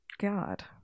God